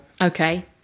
okay